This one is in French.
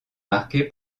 marquée